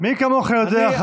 מי כמוך יודע,